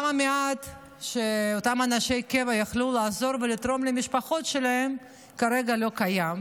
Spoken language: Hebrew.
גם המעט שאותם אנשי הקבע יכלו לעזור ולתרום למשפחות שלהם כרגע לא קיים,